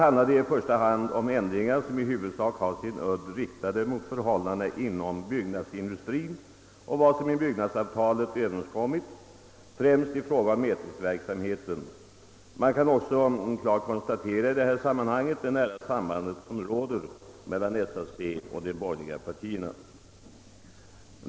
Här gäller det i första hand förslag som huvudsakligen har sin udd riktad mot förhållandena inom byggnadsindustrien och vad som i byggnadsavtalet överenskommits, främst i fråga om mätningsverksamheten. Man kan också i detta sammanhang klart konstatera det nära samband som råder mellan SAC och de borgerliga partierna.